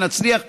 נצליח עכשיו,